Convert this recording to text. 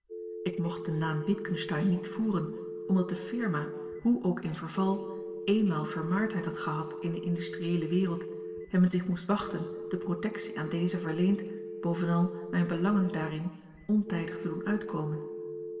ik mocht den naam witgensteyn niet voeren omdat de firma hoe ook in verval eenmaal vermaardheid had gehad in de industrieele wereld en men zich moest wachten de protectie aan deze verleend bovenal mijne belangen daarin ontijdig te doen uitkomen